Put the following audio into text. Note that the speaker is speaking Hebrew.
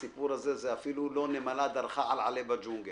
הסיפור הזה הוא אפילו לא נמלה דרכה על עלה בג'ונגל.